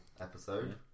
episode